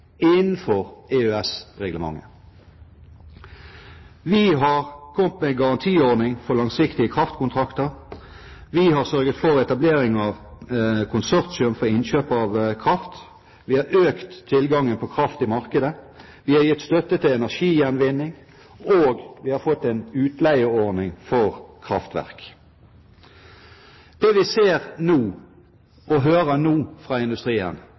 innenfor EØS-reglementet. Vi har kommet med en garantiordning for langsiktige kraftkontrakter. Vi har sørget for etableringer av konsortium for innkjøp av kraft. Vi har økt tilgangen på kraft i markedet. Vi har gitt støtte til energigjenvinning, og vi har fått en utleieordning for kraftverk. Det vi ser og hører nå fra industrien,